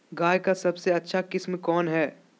गाय का सबसे अच्छा किस्म कौन हैं?